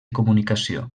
comunicació